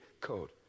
code